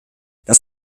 das